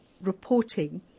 reporting